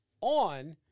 on